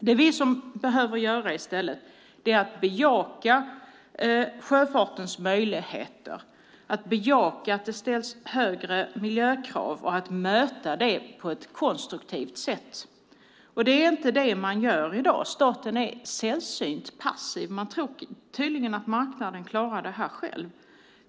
Det som vi i stället behöver göra är att bejaka sjöfartens möjligheter, att bejaka att det ställs högre miljökrav och att möta dem på ett konstruktivt sätt. Men det är inte det man gör i dag. Staten är sällsynt passiv. Man tror tydligen att marknaden klarar det här själv.